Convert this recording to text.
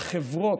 ואחרים,